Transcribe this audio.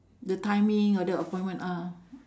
the timing of the appointment ah